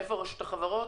איפה רשות החברות?